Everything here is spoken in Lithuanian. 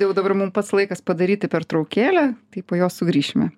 jau dabar mum pats laikas padaryti pertraukėlę tai po jos sugrįšime